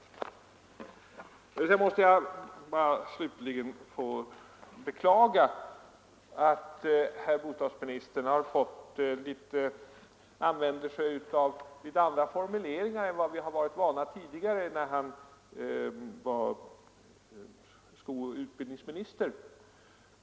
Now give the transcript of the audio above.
Slutligen måste jag beklaga att herr bostadsministern i sina inlägg här använder sig av andra formuleringar än vi varit vana vid tidigare, när han var utbildningsminister.